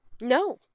No